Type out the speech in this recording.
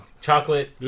Chocolate